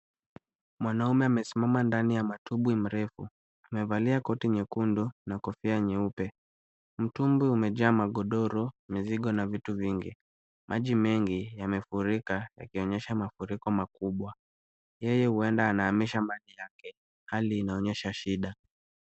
Mwanume amesimama ndani ya matubwi mrefu. Amevalia koti nyekundu na kofia nyeupe. Mtumbwi umejaa magodoro, mizigo na vitu vingi. Maji mengi yamefurika yakionyesha mafuriko makubwa. Yeye huenda anaamsha mali yake, hali inaonyesha shida.